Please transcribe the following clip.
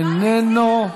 איננו.